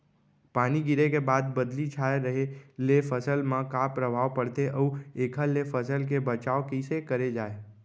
पानी गिरे के बाद बदली छाये रहे ले फसल मा का प्रभाव पड़थे अऊ एखर ले फसल के बचाव कइसे करे जाये?